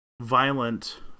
violent